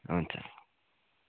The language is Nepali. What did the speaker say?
हुन्छ